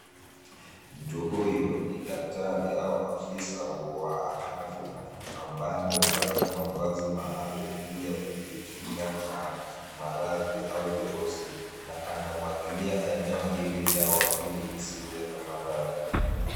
Mtu huyu ni daktari au afisa wa afya ambaye amevalia mavazi maalum ili ya kujikinga na maradhi au virusi. Na anamwagilia eneo hili dawa ili lisiwe na maradhi.